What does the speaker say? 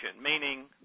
meaning